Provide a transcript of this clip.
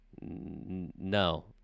no